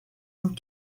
cent